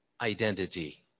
identity